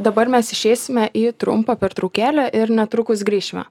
dabar mes išeisime į trumpą pertraukėlę ir netrukus grįšime